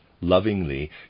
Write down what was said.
lovingly